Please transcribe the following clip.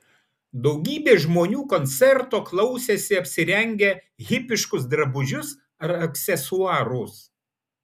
daugybė žmonių koncerto klausėsi apsirengę hipiškus drabužius ar aksesuarus